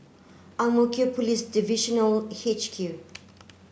Ang Mo Kio Police Divisional H Q